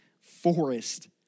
forest